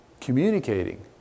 communicating